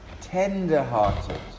tender-hearted